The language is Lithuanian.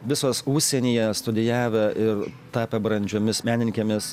visos užsienyje studijavę ir tapę brandžiomis menininkėmis